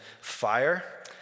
fire